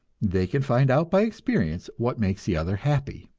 they can find out by experience what makes the other happy,